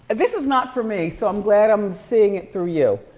and this is not for me so i'm glad i'm seeing it through you.